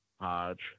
Hodge